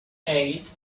eight